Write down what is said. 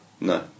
No